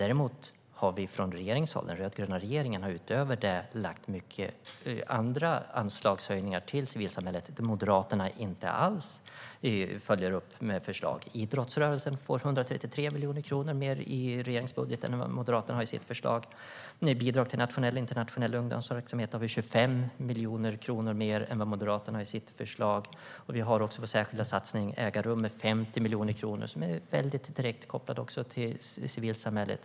Däremot har den rödgröna regeringen utöver det gjort många andra anslagshöjningar när det gäller civilsamhället, där Moderaterna inte alls följer upp med förslag. Idrottsrörelsen får 133 miljoner kronor mer i regeringsbudgeten än vad Moderaterna har i sitt förslag. När det gäller bidrag till nationell och internationell ungdomsverksamhet har vi 25 miljoner kronor mer än vad Moderaterna har i sitt förslag. Vi har också vår särskilda satsning Äga rum, där vi har 50 miljoner kronor, som är direkt kopplad också till civilsamhället.